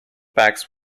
bags